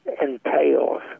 entails